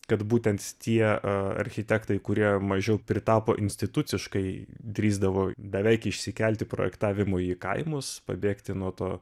kad būtent tie architektai kurie mažiau pritapo instituciškai drįsdavo beveik išsikelti projektavimu į kaimus pabėgti nuo to